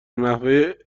نحوه